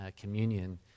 communion